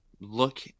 look